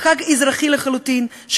חג אזרחי לחלוטין,